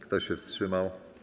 Kto się wstrzymał?